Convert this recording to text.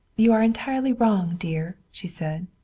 you are entirely wrong, dear, she said.